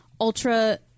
ultra